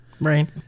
Right